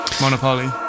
Monopoly